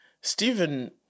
Stephen